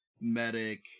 medic